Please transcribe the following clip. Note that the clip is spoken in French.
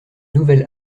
nouvelle